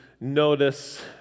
notice